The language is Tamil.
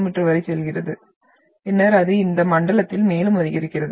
மீ வரை செல்கிறது பின்னர் அது இந்த மண்டலத்தில் மேலும் அதிகரிக்கிறது